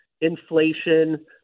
inflation